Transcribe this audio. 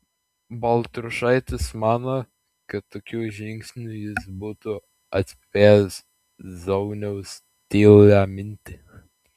baltrušaitis mano kad tokiu žingsniu jis būtų atspėjęs zauniaus tylią mintį